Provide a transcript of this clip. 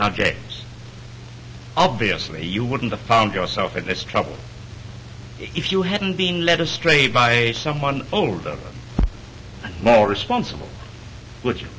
not james obviously you wouldn't of found yourself in this trouble if you hadn't been led astray by someone older more responsible which